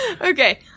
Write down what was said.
Okay